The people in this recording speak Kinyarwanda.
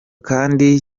kandi